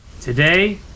Today